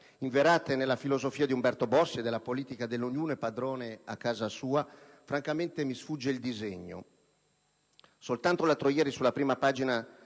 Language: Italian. inverate nella filosofia di Umberto Bossi e della politica dell'"ognuno è padrone in casa sua", francamente mi sfugge il disegno. Soltanto l'altro ieri, sulla prima pagina